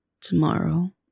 Tomorrow